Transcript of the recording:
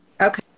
Okay